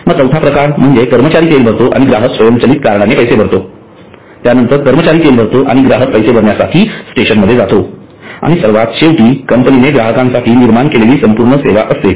मग चौथा प्रकार म्हणजे कर्मचारी तेल भरतो आणि ग्राहक स्वयंचलित कार्डने पैसे भरतो त्यानंतर कर्मचारी तेल भरतो आणि ग्राहक पैसे भरण्यासाठी स्टेशनमध्ये जातो आणि सर्वात शेवटी कंपनीने ग्राहकांसाठी निर्माण केलेली संपूर्ण सेवा असते